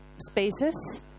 spaces